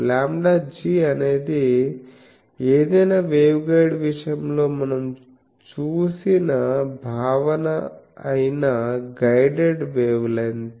λ g అనేది ఏదైనా waveguide విషయంలో మనం చూసిన భావన అయిన గైడెడ్ వేవ్లెంత్